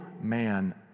man